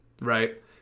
right